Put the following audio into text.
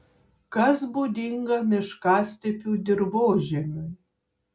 kas būdinga miškastepių dirvožemiui